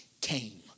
came